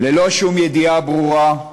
ללא שום ידיעה ברורה,